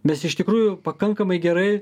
mes iš tikrųjų pakankamai gerai